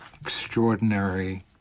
extraordinary